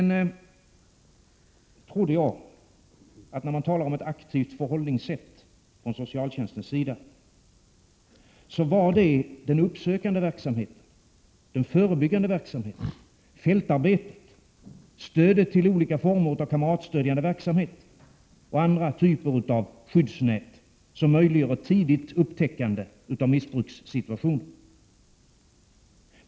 När det talas om ett aktivt förhållningssätt från socialtjänstens sida, trodde jag att det gällde den uppsökande verksamheten, den förebyggande verksamheten, fältarbetet, stödet till olika former av kamratstödjande verksamhet och andra typer av skyddsnät, som möjliggör ett tidigt upptäckande av missbrukssituationen.